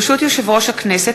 ברשות יושב-ראש הכנסת,